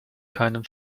keinen